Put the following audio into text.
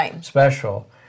special